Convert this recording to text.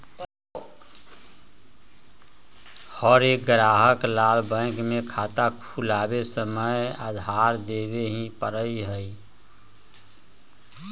हर एक ग्राहक ला बैंक में खाता खुलवावे समय आधार देवे ही पड़ा हई